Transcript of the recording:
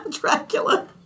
Dracula